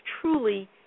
truly